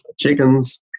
Chickens